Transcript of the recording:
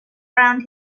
round